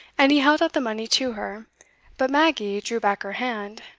and he held out the money to her but maggie drew back her hand.